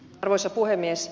arvoisa puhemies